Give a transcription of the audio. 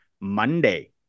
Monday